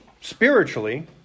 spiritually